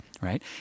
right